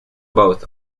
both